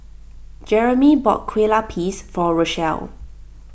Jeremey bought Kue Lupis for Rochelle